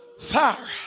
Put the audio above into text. Fire